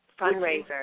Fundraiser